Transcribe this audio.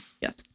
Yes